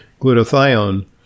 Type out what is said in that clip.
glutathione